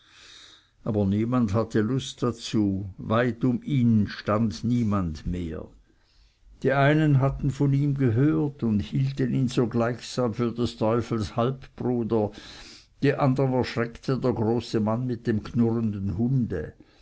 aber niemand hatte lust dazu weit um ihn stund niemand mehr die einen hatten von ihm gehört und hielten ihn so gleichsam für des teufels halbbruder die andern erschreckte der große mann mit dem knurrenden hunde